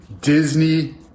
Disney